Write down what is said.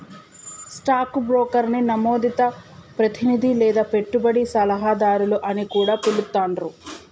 stock బ్రోకర్ని నమోదిత ప్రతినిధి లేదా పెట్టుబడి సలహాదారు అని కూడా పిలుత్తాండ్రు